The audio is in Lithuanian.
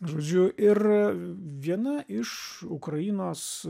žodžiu ir viena iš ukrainos